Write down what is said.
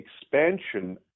expansion